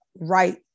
right